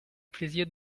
plaisir